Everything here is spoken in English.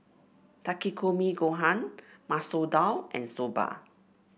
Takikomi Gohan Masoor Dal and Soba